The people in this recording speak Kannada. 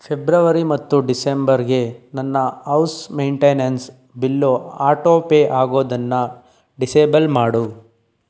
ಫೆಬ್ರವರಿ ಮತ್ತು ಡಿಸೆಂಬರ್ಗೆ ನನ್ನ house maintenance bill auto pay ಆಗೋದನ್ನ ಡಿಸೇಬಲ್ ಮಾಡು